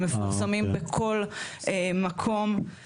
הם מפורסמים בכל מקום,